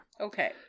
Okay